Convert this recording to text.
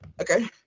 Okay